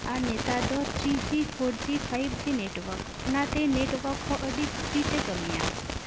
ᱟᱨ ᱱᱮᱛᱟᱨ ᱫᱚ three G four G five G network ᱚᱱᱟᱛᱮ ᱱᱮᱴᱳᱣᱟᱨᱠ ᱠᱚ ᱟᱹᱰᱤ ᱥᱯᱤᱰ ᱮ ᱠᱟᱹᱢᱤᱭᱟ